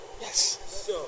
Yes